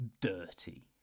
dirty